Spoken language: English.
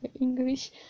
English